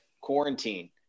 quarantine